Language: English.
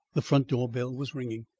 the front door-bell was ringing.